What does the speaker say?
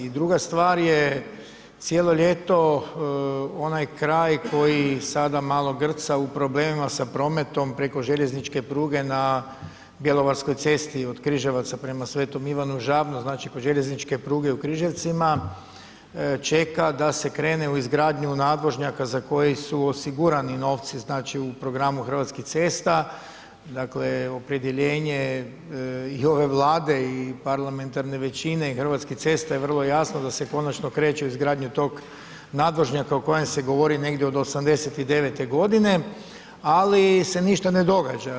I druga stvar je, cijelo ljeto, onaj kraj koji sada malo grca u problemima sa prometom, preko željezničke pruge na bjelovarskoj cesti od Križevaca prema Sv. Ivanu Žabno, znači kod željezničke pruge u Križevcima čeka da se krene u izgradnju nadvožnjaka za koji su osigurani novci znači u programu Hrvatskih cesta, dakle opredjeljenje i ove Vlade i parlamentarne većine i HC-a je vrlo jasno da se konačno kreće u izgradnju tog nadvožnjaka o kojem se govori negdje od 89-te godine, ali se ništa ne događa.